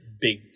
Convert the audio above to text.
big